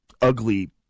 ugly